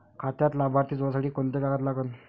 खात्यात लाभार्थी जोडासाठी कोंते कागद लागन?